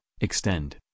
extend